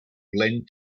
glenn